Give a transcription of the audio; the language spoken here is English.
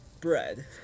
bread